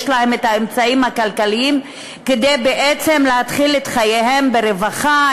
להם האמצעים הכלכליים כדי להתחיל את חייהם ברווחה,